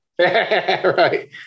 Right